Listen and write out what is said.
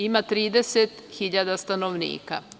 Ima 30.000 stanovnika.